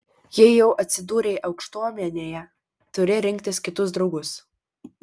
jei jau atsidūrei aukštuomenėje turi rinktis kitus draugus